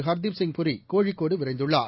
ஹர்தீப்சிப் puri கோழிக்கோடுவிரைந்துள்ளார்